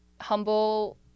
humble